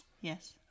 Yes